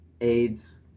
AIDS